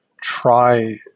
try